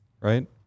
right